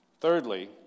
Thirdly